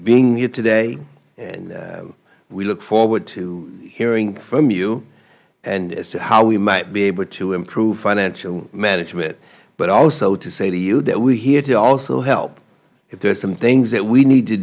being here today we look forward to hearing from you as to how we might be able to improve financial management but also to say to you that we are here to also help if there are some things that we need to